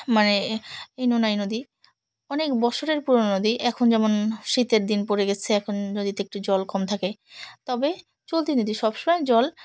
মানে এই নোনাই নদী অনেক বছরের পুরো নদী এখন যেমন শীতের দিন পড়ে গেছে এখন নদীতে একটু জল কম থাকে তবে চলতি নদী সব সমময় জল